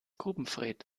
grubenfred